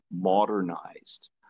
modernized